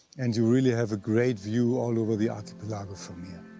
and you really have a great view all over the archipelago from here.